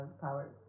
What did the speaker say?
powers